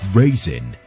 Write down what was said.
raising